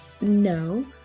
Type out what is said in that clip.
No